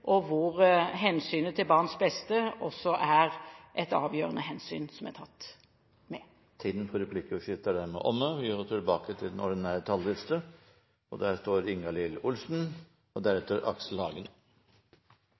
Hensynet til barns beste er også et avgjørende hensyn som er tatt med. Replikkordskiftet er omme. Det er bred politisk enighet om asyl- og